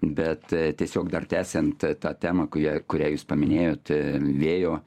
bet tiesiog dar tęsiant tą temą kurią kurią jūs paminėjot e vėjo